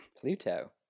Pluto